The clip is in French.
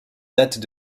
datent